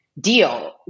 deal